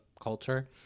culture